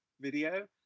video